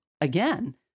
again